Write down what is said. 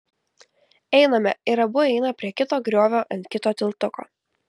einame ir abu eina prie kito griovio ant kito tiltuko